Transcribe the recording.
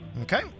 Okay